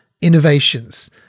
innovations